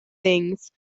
things